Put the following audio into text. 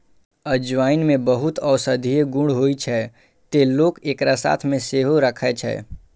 अजवाइन मे बहुत औषधीय गुण होइ छै, तें लोक एकरा साथ मे सेहो राखै छै